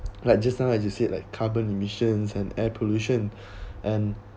like just now I just said like carbon emissions and air pollution and